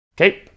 Okay